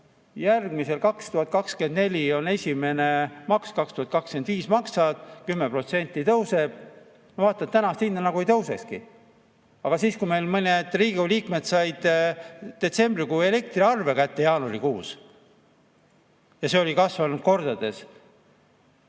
panna, et 2024 on esimene maks, 2025 maksad, 10% tõuseb. Ma vaatan tänast hinda, nagu ei tõusekski. Aga kui meil ka Riigikogu liikmed said detsembrikuu elektriarve kätte jaanuarikuus ja see oli kasvanud kordades,